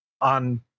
on